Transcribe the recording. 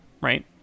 right